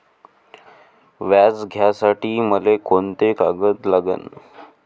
व्याज घ्यासाठी मले कोंते कागद लागन?